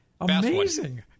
amazing